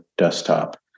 desktop